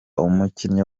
umukinnyi